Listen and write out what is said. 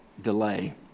delay